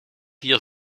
hier